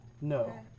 No